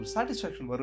Satisfaction